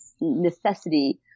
necessity